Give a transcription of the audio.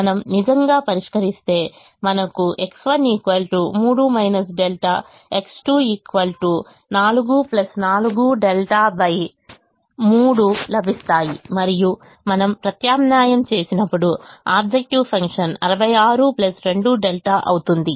మనం నిజంగా పరిష్కరిస్తే మనకు X1 3 ẟ X2 4 4ẟ 3 లభిస్తాయి మరియు మనం ప్రత్యామ్నాయం చేసినప్పుడు ఆబ్జెక్టివ్ ఫంక్షన్ 66 2ẟ అవుతుంది